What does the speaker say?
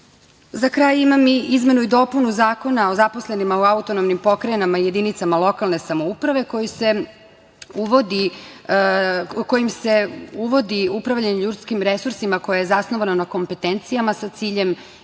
kraj imam izmenu i dopunu Zakona o zaposlenima u autonomnim pokrajinama i jedinicama lokalne samouprave, kojim se uvodi upravljanje ljudskim resursima koje je zasnovano na kompetencijama sa ciljem